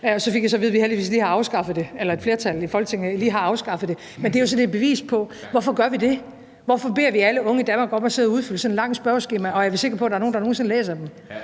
Så fik jeg at vide, at vi heldigvis lige havde afskaffet det, eller at et flertal i Folketinget lige har afskaffet det. Men det er jo sådan et bevis på det. Hvorfor gør vi det? Hvorfor beder vi alle unge i Danmark om at sidde og udfylde sådan et langt spørgeskema, og er vi sikre på, at der er nogen, der nogensinde læser dem?